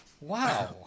Wow